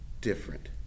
different